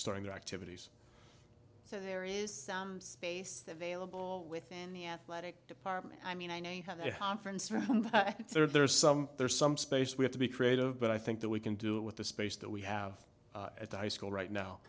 starting their activities so there is some space available within the athletic department i mean i know you have a conference or there's some there's some space we have to be creative but i think that we can do it with the space that we have at the high school right now